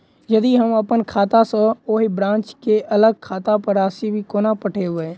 यदि हम अप्पन खाता सँ ओही ब्रांच केँ अलग खाता पर राशि कोना पठेबै?